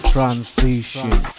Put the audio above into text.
Transition